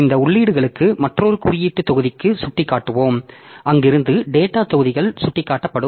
இந்த உள்ளீடுகளுக்கு மற்றொரு குறியீட்டு தொகுதிக்கு சுட்டிக்காட்டுவோம் அங்கிருந்து டேட்டா தொகுதிகள் சுட்டிக்காட்டப்படும்